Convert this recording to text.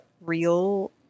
real